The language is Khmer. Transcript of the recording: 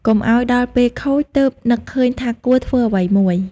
កុំឲ្យដល់ពេលខូច ទើបនឹកឃើញថាគួរធ្វើអ្វីមួយ។